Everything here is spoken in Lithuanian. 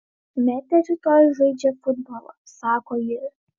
metė rytoj žaidžia futbolą sako ji